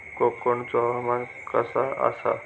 कोकनचो हवामान कसा आसा?